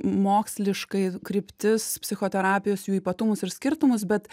moksliškai kryptis psichoterapijos jų ypatumus ir skirtumus bet